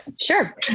Sure